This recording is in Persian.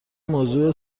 موضع